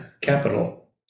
capital